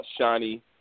Shiny